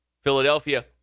Philadelphia